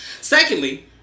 Secondly